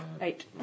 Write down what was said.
eight